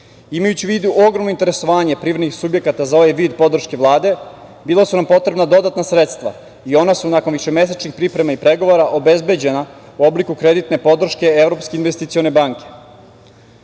državi. Imajući u vidu ogromno interesovanje privrednih subjekata za ovaj vid podrške Vlade bila su nam potrebna dodatna sredstva i ona su nakon višemesečnih priprema i pregovora obezbeđena u obliku kreditne podrške Evropske investicione banke.